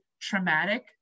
traumatic